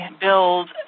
build